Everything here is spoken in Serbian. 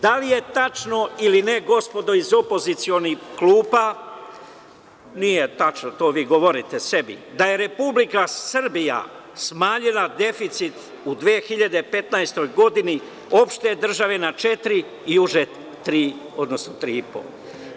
Da li je tačno ili ne, gospodo iz opozicionih klupa, nije tačno, to vi govorite sebi, da je Republika Srbija smanjila deficit u 2015. godini opšte države na četiri, odnosno na 3,5?